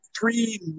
three